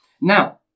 Now